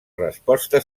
resposta